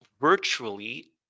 virtually